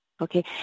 Okay